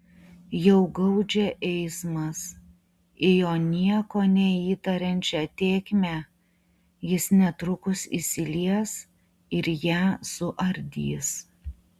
jau gaudžia eismas į jo nieko neįtariančią tėkmę jis netrukus įsilies ir ją suardys